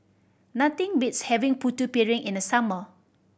nothing beats having Putu Piring in the summer